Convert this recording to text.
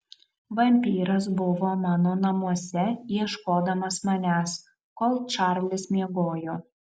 vampyras buvo mano namuose ieškodamas manęs kol čarlis miegojo